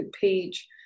page